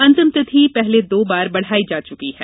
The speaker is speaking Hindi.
अंतिम तिथि पहले दो बार बढ़ाई जा चुकी है